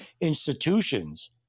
institutions